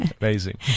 Amazing